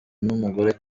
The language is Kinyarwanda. n’umugore